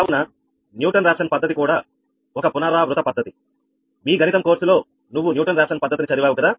కావున Newton Raphson పద్ధతి కూడా ఒక పునరావృత పద్ధతి మీ గణితం కోర్సులో మీరు న్యూటన్ రాఫ్సన్ పద్ధతిని చదివారు కదా